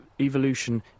evolution